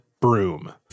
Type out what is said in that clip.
broom